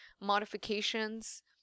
modifications